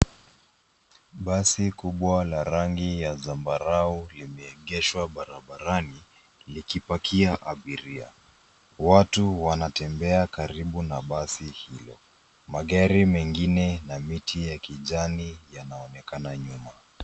Basi kubwa la rangi ya zambarau limeegeshwa barabarani, likipakia abiria. Watu wanatembea karibu na basi hilo. Magari mengine na miti ya kijani yanaonekana nyuma.